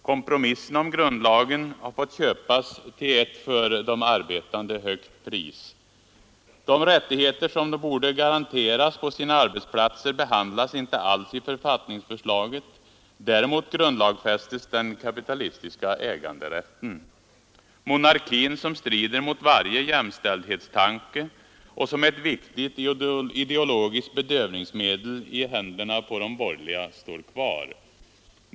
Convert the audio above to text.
Kompromissen om grundlagen har fått köpas till ett för de arbetande högt pris. De rättigheter som de borde garanteras på sina arbetsplatser behandlas inte alls i författningsförslaget. Däremot grundlagsfästes den kapitalistiska äganderätten. Monarkin, som strider mot varje jämställdhetstanke och som är ett viktigt ideologiskt bedövningsmedel i händerna på de borgerliga, står kvar.